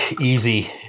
Easy